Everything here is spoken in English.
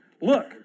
Look